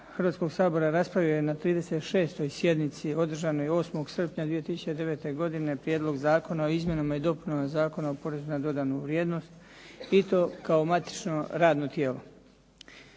Hrvatskoga sabora raspravio je na 36. sjednici održanoj 8. srpnja 2009. godine Prijedlog zakona o izmjenama i dopunama Zakona o porezu na dodanu vrijednost i to kao matično radno tijelo.